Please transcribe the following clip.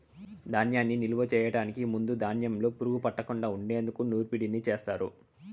ధాన్యాన్ని నిలువ చేయటానికి ముందు ధాన్యంలో పురుగు పట్టకుండా ఉండేందుకు నూర్పిడిని చేస్తారు